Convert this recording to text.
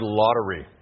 lottery